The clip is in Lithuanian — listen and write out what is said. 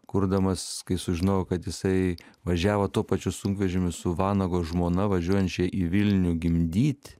kurdamas kai sužinojau kad jisai važiavo tuo pačiu sunkvežimiu su vanago žmona važiuojančia į vilnių gimdyt